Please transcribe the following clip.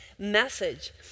message